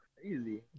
crazy